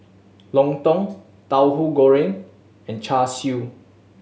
lontong Tauhu Goreng and Char Siu